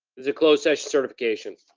is closed session certification.